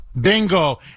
Bingo